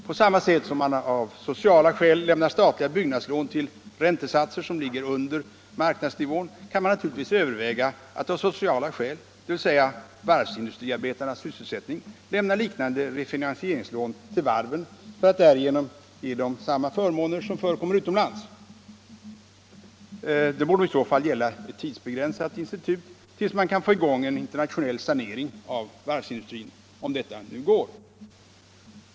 På samma sätt som man av sociala skäl lämnar statliga byggnadslån till räntesatser som ligger under marknadsnivån kan man naturligtvis överväga att av sociala skäl, dvs. varvsindustriarbetarnas sysselsättning, lämna liknande refinansieringslån till varven för att därigenom ge dem samma förmåner som förekommer utomlands. Det borde i så fall gälla ett tidsbegränsat institut tills man kan få i gång en internationell sanering av varvsindustrin, om detta nu går.